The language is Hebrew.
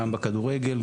גם בכדורגל,